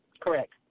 Correct